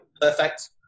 perfect